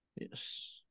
Yes